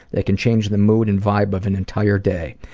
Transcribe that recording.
they can change the mood and vibe of an entire day.